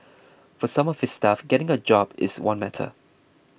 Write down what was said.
for some of his staff getting a job is one matter